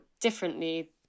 differently